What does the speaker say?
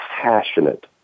passionate